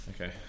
Okay